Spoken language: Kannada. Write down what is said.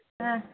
ಹಾಂ